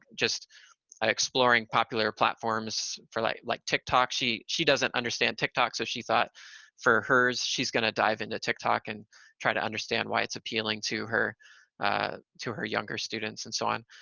just exploring popular platforms for like like, tiktok. she she doesn't understand tiktok, so she thought for hers, she's gonna dive into tiktok and try to understand why it's appealing to her to her younger students and so on.